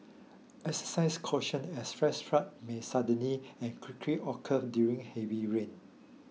exercise caution as flash floods may suddenly and quickly occur during heavy rain